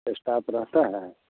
staff रहता है